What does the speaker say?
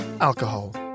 alcohol